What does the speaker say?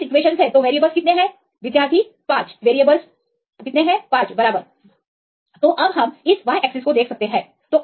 तो 20 समीकरण कितने वेरिएबलस विद्यार्थी 5 वेरिएबलसबराबर तो अब हम इस y एक्सिस को देख सकते हैं